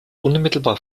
unmittelbar